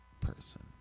person